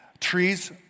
Trees